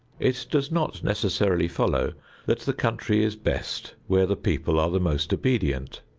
it does not necessarily follow that the country is best where the people are the most obedient.